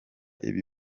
ibi